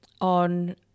on